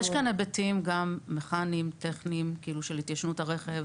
יש כאן היבטים מכניים-טכניים של התיישנות הרכב,